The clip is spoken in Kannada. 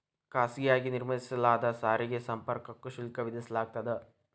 ಖಾಸಗಿಯಾಗಿ ನಿರ್ಮಿಸಲಾದ ಸಾರಿಗೆ ಸಂಪರ್ಕಕ್ಕೂ ಶುಲ್ಕ ವಿಧಿಸಲಾಗ್ತದ